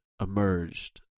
emerged